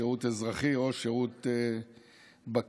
שירות אזרחי או שירות בקהילה,